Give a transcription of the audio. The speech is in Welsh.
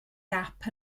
gap